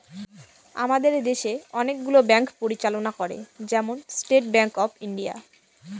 আমাদের দেশে অনেকগুলো ব্যাঙ্ক পরিচালনা করে, যেমন স্টেট ব্যাঙ্ক অফ ইন্ডিয়া